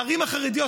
הערים החרדיות,